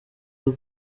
hong